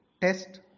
test